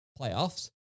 playoffs